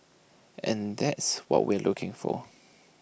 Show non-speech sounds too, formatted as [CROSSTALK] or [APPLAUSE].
and that's what we're looking for [NOISE]